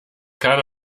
kahn